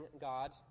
God